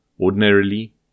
Ordinarily